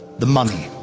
the money,